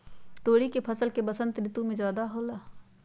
तोरी के फसल का बसंत ऋतु में ज्यादा होला?